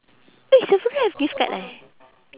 eh sephora have gift card lah eh